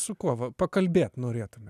su kuo va pakalbėt norėtumėt